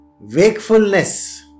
Wakefulness